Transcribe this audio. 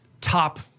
top